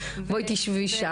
נפש.